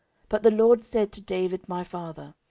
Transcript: but the lord said to david my father,